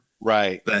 Right